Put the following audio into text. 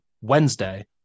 Wednesday